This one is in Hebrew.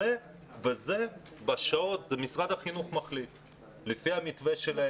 את זה מחליט משרד החינוך לפי המתווה שלו.